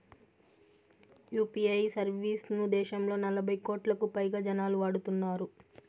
UPI service ను దేశంలో నలభై కోట్లకు పైగా జనాలు వాడుతున్నారు